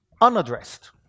unaddressed